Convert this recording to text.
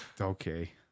Okay